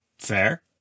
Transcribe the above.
fair